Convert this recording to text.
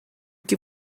que